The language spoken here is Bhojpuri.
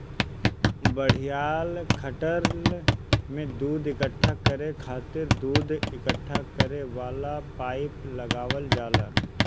बड़ियार खटाल में दूध इकट्ठा करे खातिर दूध इकट्ठा करे वाला पाइप लगावल जाला